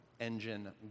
engine